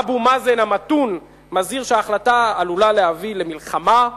אבו מאזן המתון מזהיר שההחלטה עלולה להביא למלחמה,